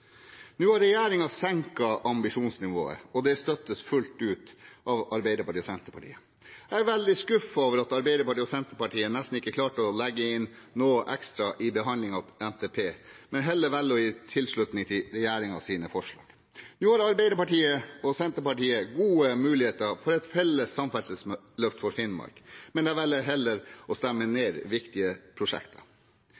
Nå har regjeringen senket ambisjonsnivået, og det støttes fullt ut av Arbeiderpartiet og Senterpartiet. Jeg er veldig skuffet over at Arbeiderpartiet og Senterpartiet nesten ikke klarte å legge inn noe ekstra i behandlingen av NTP, men heller velger å gi sin tilslutning til regjeringens forslag. Nå har Arbeiderpartiet og Senterpartiet gode muligheter for et felles samferdselsløft for Finnmark, men de velger heller å stemme